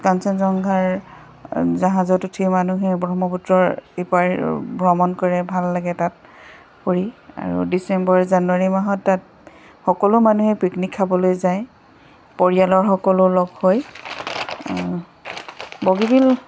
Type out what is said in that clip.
কাঞ্চন জংঘাৰ জাহাজত উঠি মানুহে ব্ৰহ্মপুত্ৰৰ ইপাৰ ভ্ৰমণ কৰে ভাল লাগে তাত কৰি আৰু ডিচেম্বৰ জানুৱাৰী মাহত তাত সকলো মানুহে পিকনিক খাবলৈ যায় পৰিয়ালৰ সকলো লগ হৈ বগীবিল